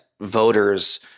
voters